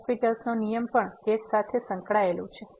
હોસ્પિટલL'Hospital's નો નિયમ પણ કેસ સાથે સંકળાયેલું છે